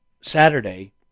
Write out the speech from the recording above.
Saturday